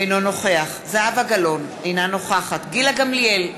אינו נוכח זהבה גלאון, אינה נוכחת גילה גמליאל,